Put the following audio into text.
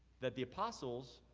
that the apostles,